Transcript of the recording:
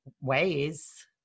ways